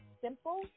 simple